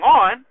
on